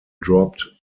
dropped